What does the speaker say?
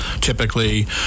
typically